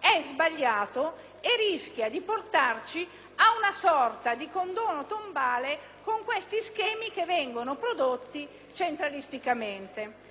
è sbagliato e rischia di portarci a una sorta di condono tombale con questi schemi che vengono prodotti centralisticamente.